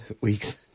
week's